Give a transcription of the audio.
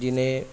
جنہیں